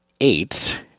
eight